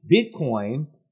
Bitcoin